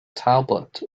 talbot